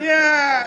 שנייה.